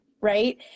Right